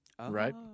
right